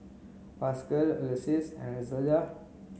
Pasquale Ulysses and Elzada